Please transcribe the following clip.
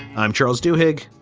i'm charles duhigg.